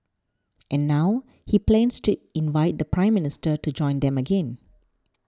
and now he plans to invite the Prime Minister to join them again